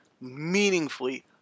meaningfully